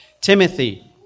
Timothy